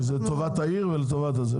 זה לטובת העיר ולטובת זה,